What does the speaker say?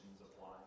apply